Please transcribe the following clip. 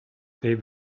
they